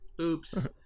Oops